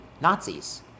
Nazis